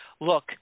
Look